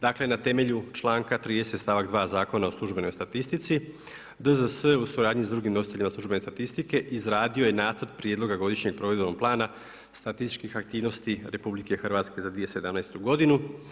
Dakle na temelju članka 30. stavak 2. Zakona o službenoj statistici DZS u suradnji sa drugim … službene statistike izradio je Nacrt prijedlog godišnjeg provedbenog plana statističkih aktivnosti RH za 2017. godinu.